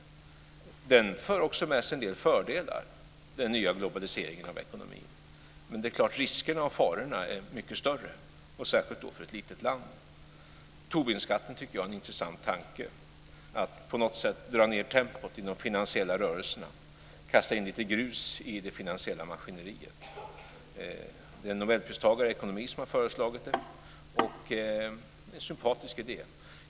Den nya globaliseringen av ekonomin för också med sig en del fördelar, men det är klart att farorna är mycket större, särskilt för ett litet land. Jag tycker att Tobinskatten är en intressant tanke - att på något sätt dra ned tempot i de finansiella rörelserna, kasta in lite grus i det finansiella maskineriet. Det är en nobelpristagare i ekonomi som har föreslagit det, och det är en sympatisk idé.